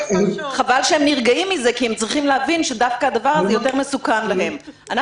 חבל שהם נרגעים מזה כי הם צריכים להבין שדווקא הדבר הזה יותר מסוכן להם.